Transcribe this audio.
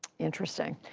interesting.